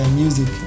music